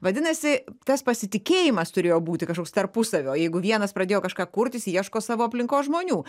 vadinasi tas pasitikėjimas turėjo būti kažkoks tarpusavio jeigu vienas pradėjo kažką kurtis ieško savo aplinkos žmonių